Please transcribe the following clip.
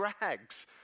rags